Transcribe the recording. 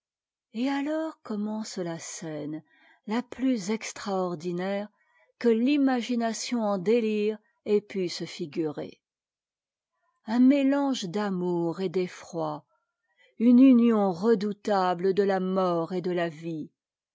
et alors commence ta scène la plus extraordinaire que l'imagination en déiire ait pu se bgurer un mé ange d'amour et d'effroi une union redoutable delà mort et de la vie